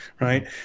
right